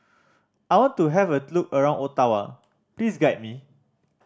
I want to have a look around Ottawa please guide me